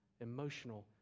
emotional